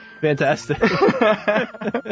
Fantastic